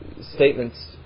statements